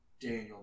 Daniel